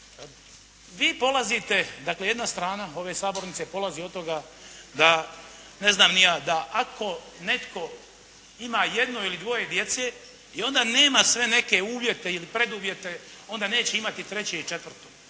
Vi polazite, dakle jedna strana ove sabornice polazi od toga da ako netko ima jedno ili dvoje djece i onda nema sve neke uvjete ili preduvjete, onda neće imati treće i četvrto.